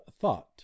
thought